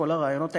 כל הרעיונות האלה,